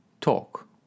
talk